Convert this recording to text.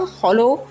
hollow